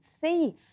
see